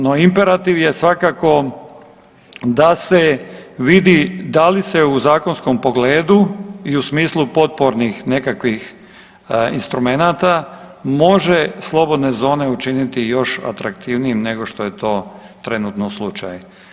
No imperativ je svakako da se vidi da se u zakonskom pogledu i u smislu potpornih nekakvih instrumenata može slobodne zone učiniti još atraktivnijim nego što je to trenutno slučaj.